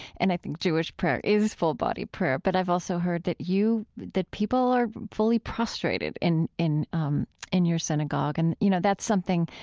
and i think jewish prayer is full-body prayer. but i've also heard that you, that people are fully prostrated in in um your synagogue and, you know, that's something,